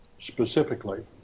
specifically